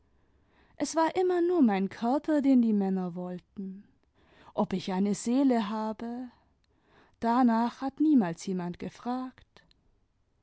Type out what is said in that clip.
es war immer nur mein körper den die männer wollten ob ich eine seele habe danach hat niemals jemand gefragt